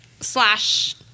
Slash